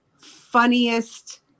funniest